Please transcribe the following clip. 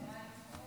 סעיפים